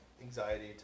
anxiety